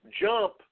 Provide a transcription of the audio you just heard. jump